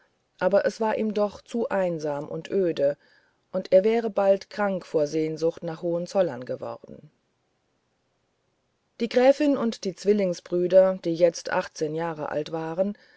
aber es war ihm doch zu einsam und öde und er wäre bald krank vor sehnsucht nach hohenzollern geworden die gräfin und die zwillingsbrüder die jetzt achtzehn jahre alt waren